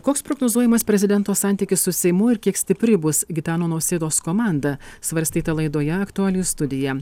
koks prognozuojamas prezidento santykis su seimu ir kiek stipri bus gitano nausėdos komanda svarstyta laidoje aktualijų studija